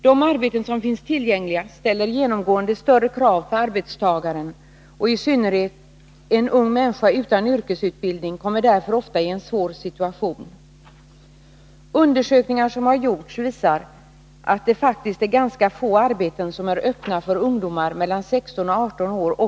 De arbeten som finns tillgängliga ställer genomgående större krav på arbetstagaren, och i synnerhet en ung människa utan yrkesutbildning kommer därför ofta i en svår situation. Undersökningar som har gjorts visar att det också i goda tider faktiskt är ganska få arbeten som är öppna för ungdomar mellan 16 och 18 år.